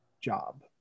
job